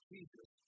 Jesus